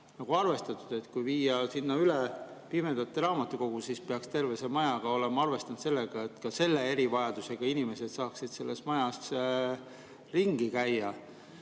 nagu arvestatud. Kui viia sinna üle pimedate raamatukogu, siis peaks terve see maja olema arvestanud sellega, et ka selle erivajadusega inimesed saaksid selles majas ringi käia. Ja